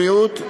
בריאות,